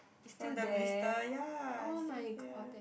from the blister ya see here